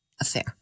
affair